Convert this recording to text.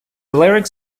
larynx